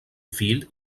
field